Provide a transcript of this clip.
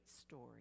story